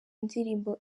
ndirimbo